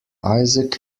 isaac